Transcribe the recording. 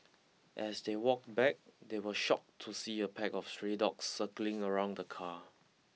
as they walked back they were shocked to see a pack of stray dogs circling around the car